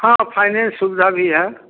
हँ फाइनेंस सुविधा भी है